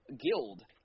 guild